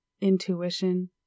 intuition